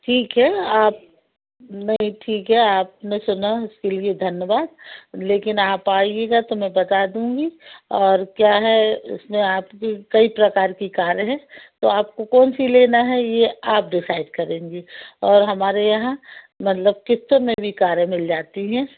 ठीक है आप नहीं ठीक है आपने सुना उसके लिए धन्यवाद लेकिन आप आइएगा तो मैं बता दूँगी और क्या है उसमें आपकी कई प्रकार की कारें हैं तो आपको कौनसी लेना है ये आप डिसाइड करेंगे और हमारे यहाँ मतलब किस्तों में भी कारें मिल जाती हैं